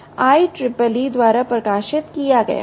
यह 2012 में IEEE द्वारा प्रकाशित किया गया था